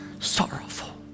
sorrowful